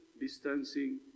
distancing